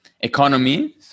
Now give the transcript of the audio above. economy